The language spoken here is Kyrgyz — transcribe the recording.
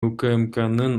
укмкнын